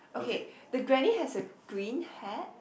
okay the granny has a green hat